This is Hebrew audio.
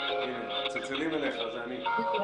מצלצלים אליך, זה אני.